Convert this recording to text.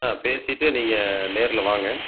பேசிவிட்டு நீங்ககள் நேரில் வாங்க